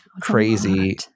Crazy